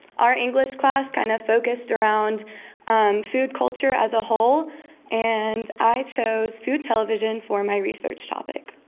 our english class kind of focused around and food culture as a whole and i chose food television for my research topic.